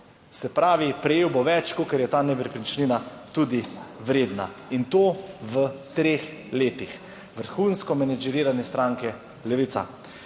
se pravi, prejel bo več kakor je ta nepremičnina tudi vredna in to v treh letih. Vrhunsko menedžeriranje stranke Levica.